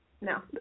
No